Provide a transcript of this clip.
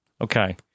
Okay